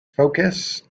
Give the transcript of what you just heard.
focus